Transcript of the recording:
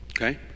okay